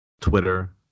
twitter